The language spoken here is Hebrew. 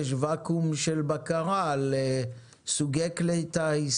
יש וואקום של בקרה על סוגי כלי טיס